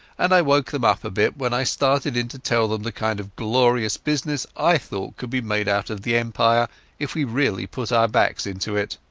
and i woke them up a bit when i started in to tell them the kind of glorious business i thought could be made out of the empire if we really put our backs into it.